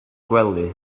gwely